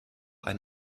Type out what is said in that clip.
ein